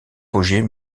projets